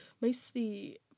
mostly